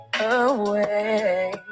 away